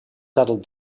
settled